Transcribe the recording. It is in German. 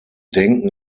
denken